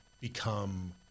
become